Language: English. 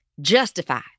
justify